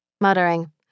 Muttering